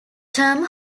term